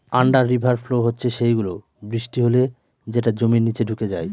under river flow হচ্ছে সেই গুলো, বৃষ্টি হলে যেটা জমির নিচে ঢুকে যায়